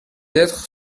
être